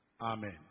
Amen